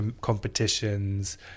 competitions